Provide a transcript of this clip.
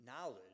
knowledge